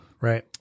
right